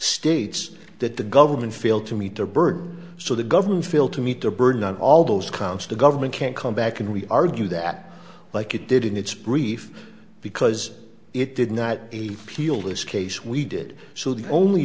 states that the government failed to meet their burden so the government failed to meet their burden on all those counts to government can't come back and we argue that like it did in its brief because it did not a peel this case we did so the only